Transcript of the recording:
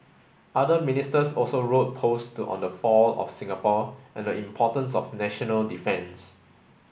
other Ministers also wrote post on the fall of Singapore and the importance of national defence